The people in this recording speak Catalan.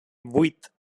vuit